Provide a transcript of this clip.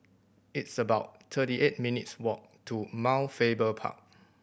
it's about thirty eight minutes' walk to Mount Faber Park